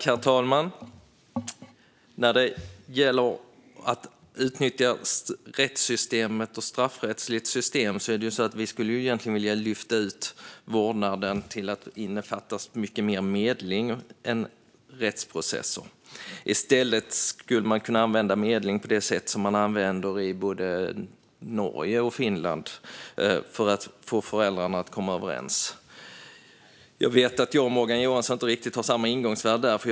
Herr talman! När det gäller att utnyttja rättssystemet och det straffrättsliga systemet skulle vi egentligen vilja lyfta ut vårdnaden och låta det innefatta mycket mer medling än rättsprocess. I stället skulle man kunna använda medling på det sätt som man använder det i både Norge och Finland för att få föräldrarna att komma överens. Jag vet att jag och Morgan Johansson inte har riktigt samma ingångsvärde där.